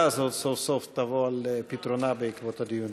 הזאת סוף-סוף תבוא על פתרונה בעקבות הדיונים.